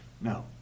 No